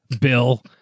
Bill